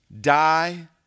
Die